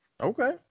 Okay